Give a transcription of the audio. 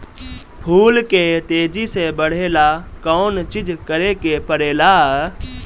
फूल के तेजी से बढ़े ला कौन चिज करे के परेला?